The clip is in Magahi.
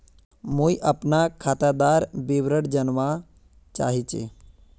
मुई अपना खातादार विवरण जानवा चाहची?